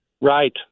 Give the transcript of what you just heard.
right